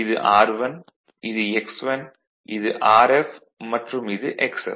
இது r1 இது x1 இது rf மற்றும் இது xf